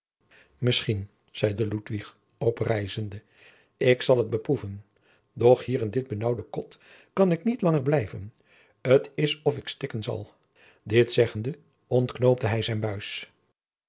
zeide ludwig oprijzende ik zal t beproeven doch hier in dit benaauwde kot kan ik niet langer blijven t is of ik stikken zal dit zeggende ontknoopte hij zijn buis